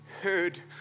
heard